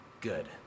good